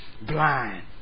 Blind